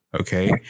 Okay